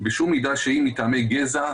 בשום מידה שהיא מטעמי גזע,